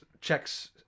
checks